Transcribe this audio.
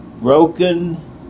broken